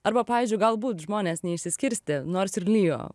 arba pavyzdžiui galbūt žmonės neišsiskirstė nors ir lijo